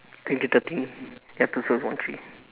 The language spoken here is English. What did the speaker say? twenty thirteen ya two thousand one three